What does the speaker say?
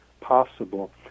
possible